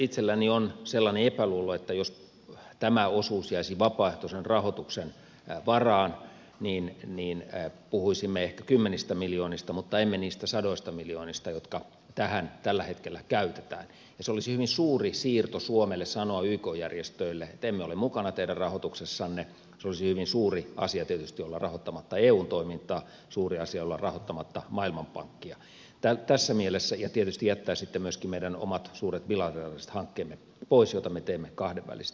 itselläni on sellainen epäluulo että jos tämä osuus jäisi vapaaehtoisen rahoituksen varaan niin puhuisimme ehkä kymmenistä miljoonista mutta emme niistä sadoista miljoonista jotka tähän tällä hetkellä käytetään ja se olisi hyvin suuri siirto suomelle sanoa yk järjestöille että emme ole mukana teidän rahoituksessanne se olisi hyvin suuri asia tietysti olla rahoittamatta eun toimintaa suuri asia olla rahoittamatta maailmanpankkia ja tietysti jättää sitten myöskin meidän omat suuret bilateraaliset hankkeemme pois joita me teemme kahdenvälisesti